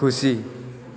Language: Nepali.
खुसी